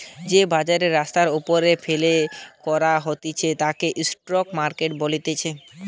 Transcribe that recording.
যে বাজার রাস্তার ওপরে ফেলে করা হতিছে তাকে স্ট্রিট মার্কেট বলতিছে